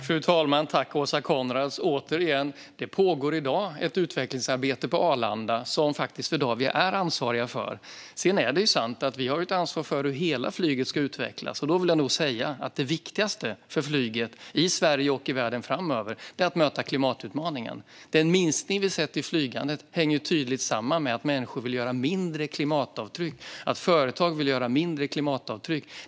Fru talman! Tack för frågan, Åsa Coenraads! Det pågår i dag ett utvecklingsarbete på Arlanda som Swedavia är ansvarigt för. Det är sant att vi har ett ansvar för hur hela flyget ska utvecklas, och då vill jag nog säga att det viktigaste för flyget framöver, i Sverige och i världen, är att möta klimatutmaningen. Den minskning vi har sett i flygandet hänger tydligt samman med att människor och företag vill göra mindre klimatavtryck.